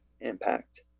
impact